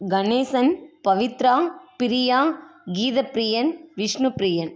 Ganesan Pavithra Priya Geethapriyan Vishnupriyan